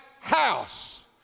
house